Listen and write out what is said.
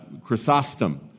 Chrysostom